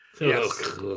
Yes